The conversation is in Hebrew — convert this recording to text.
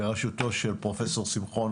בראשותו של פרופ' שמחון,